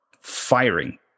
firing